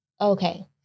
Okay